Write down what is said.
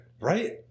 right